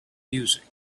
music